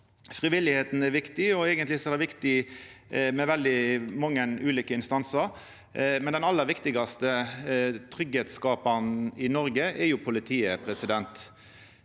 Frivilligheita er viktig, og eigentleg er det viktig med veldig mange ulike instansar. Den aller viktigaste tryggleiksskaparen i Noreg er jo politiet. Då synest